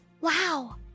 Wow